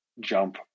jump